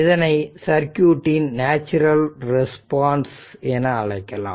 இதனை சர்க்யூட் ன் natural response என அழைக்கலாம்